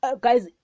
guys